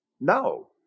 No